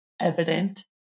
evident